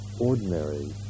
ordinary